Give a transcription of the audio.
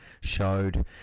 showed